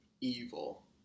evil